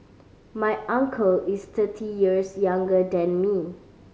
my uncle is thirty years younger than me